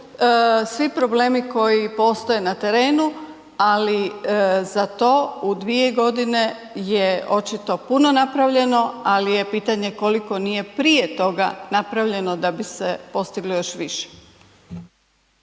svi problemi koji postoje na terenu ali za to u 2 g. je očito puno napravljeno ali je pitanje koliko nije prije toga napravljeno da bi se postiglo još više.